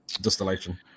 distillation